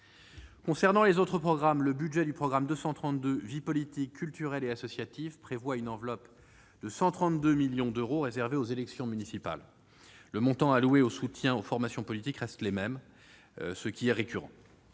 Concernant les autres programmes, le budget du programme 232, « Vie politique, cultuelle et associative », prévoit une enveloppe de 132 millions d'euros réservée aux élections municipales. Les montants alloués au soutien aux formations politiques restent les mêmes, ce qui est récurrent.